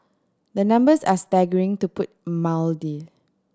the numbers are staggering to put